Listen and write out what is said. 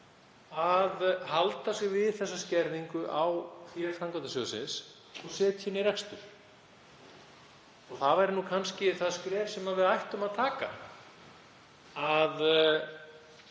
að halda sig við þessa skerðingu á fé framkvæmdasjóðsins og setja inn í rekstur. Það væri nú kannski það skref sem við ættum að stíga,